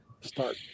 start